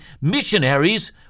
missionaries